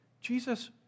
Jesus